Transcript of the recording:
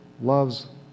loves